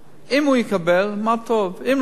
אם הוא יקבל, מה טוב, אם לא יקבל,